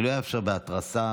אני לא אאפשר בהתרסה,